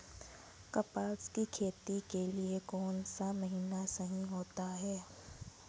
कपास की खेती के लिए कौन सा महीना सही होता है?